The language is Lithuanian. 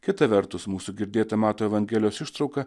kita vertus mūsų girdėta mato evangelijos ištrauka